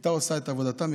הייתה עושה את עבודתה,